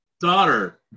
daughter